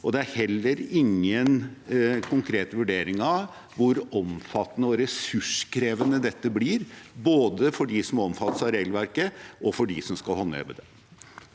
Det er heller ingen konkret vurdering av hvor omfattende og ressurskrevende dette blir, både for dem som omfattes av regelverket, og for dem som skal håndheve det.